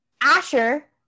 Asher